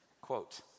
Quote